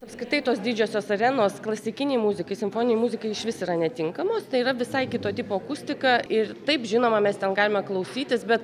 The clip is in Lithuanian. apskritai tos didžiosios arenos klasikinei muzikai simfoninei muzikai išvis yra netinkamos tai yra visai kito tipo akustika ir taip žinoma mes ten galime klausytis bet